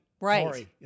Right